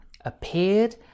appeared